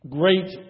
great